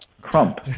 Crump